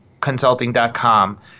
Consulting.com